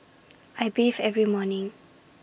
I bathe every morning